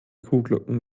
kuhglocken